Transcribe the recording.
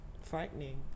frightening